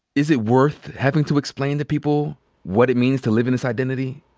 is it worth having to explain to people what it means to live in this identity?